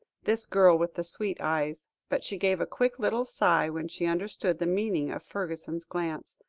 this girl with the sweet eyes, but she gave a quick little sigh when she understood the meaning of fergusson's glance,